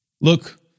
Look